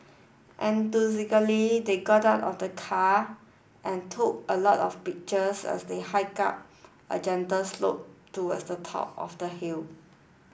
enthusiastically they got out of the car and took a lot of pictures as they hiked up a gentle slope towards the top of the hill